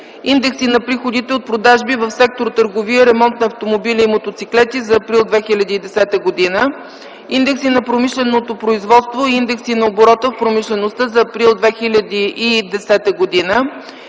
индекси на приходите от продажби в сектор „Търговия, ремонт на автомобили и мотоциклети” за април 2010 г.; индекси на промишленото производство и индекси на оборота в промишлеността за м. април 2010 г.;